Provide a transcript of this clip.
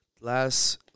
Last